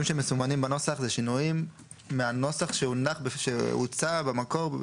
שמסומנים בנוסח הם שינויים מהנוסח שהוצע במקור,